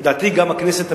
לדעתי גם הכנסת,